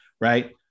right